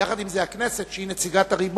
יחד עם זה, הכנסת, שהיא נציגת הריבון,